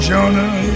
Jonah